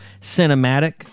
cinematic